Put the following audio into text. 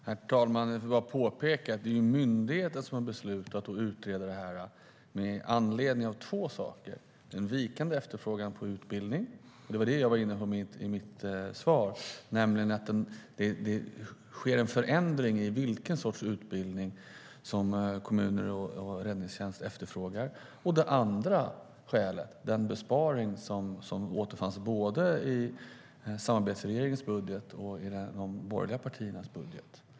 Herr talman! Jag vill bara påpeka att det är myndigheten som har beslutat att utreda detta med anledning av två saker: Det ena skälet är en vikande efterfrågan på utbildning - det var det som jag var inne på i mitt svar, att det sker en förändring av vilken sorts utbildning som kommuner och räddningstjänst efterfrågar. Det andra skälet är den besparing som fanns i både samarbetsregeringens budget och de borgerliga partiernas budget.